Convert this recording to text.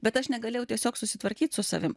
bet aš negalėjau tiesiog susitvarkyt su savim